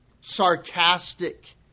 sarcastic